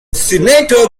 senator